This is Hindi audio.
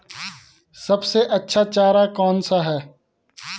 सबसे अच्छा चारा कौन सा है?